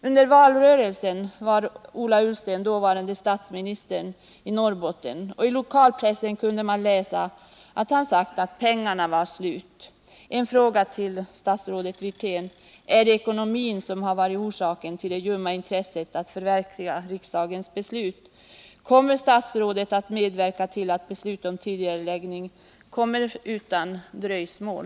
Under valrörelsen var dåvarande statsministern Ola Ullsten i Norrbotten, och i lokalpressen kunde man läsa att han sagt att pengarna var slut. Ytterligare några frågor till statsrådet Wirtén: Är det ekonomin som har varit orsak till det ljumma intresset för att förverkliga riksdagens beslut? Kommer statsrådet att medverka till att beslut om tidigareläggning fattas utan dröjsmål?